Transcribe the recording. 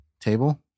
table